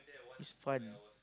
is fun